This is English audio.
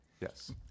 Yes